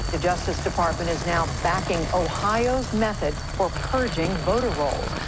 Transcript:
the justice department is now backing ohio's method for purging voter rolls,